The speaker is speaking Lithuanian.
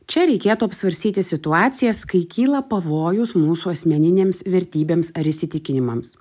čia reikėtų apsvarstyti situacijas kai kyla pavojus mūsų asmeninėms vertybėms ar įsitikinimams